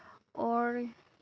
or